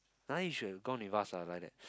you should gone with us ah like that